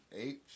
Eight